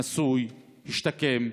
נשוי, השתקם,